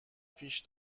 پیش